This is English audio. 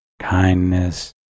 kindness